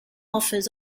offers